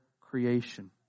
creation